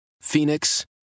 Phoenix